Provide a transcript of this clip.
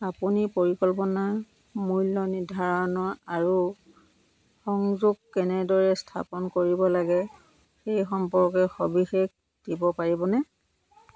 আপুনি পৰিকল্পনা মূল্য নিৰ্ধাৰণৰ আৰু সংযোগ কেনেদৰে স্থাপন কৰিব লাগে সেই সম্পৰ্কে সবিশেষ দিব পাৰিবনে